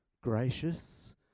gracious